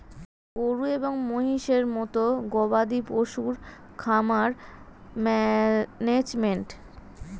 গরু এবং মহিষের মতো গবাদি পশুর খামার ম্যানেজমেন্ট